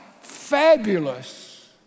fabulous